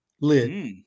lid